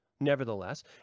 Nevertheless